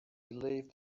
believe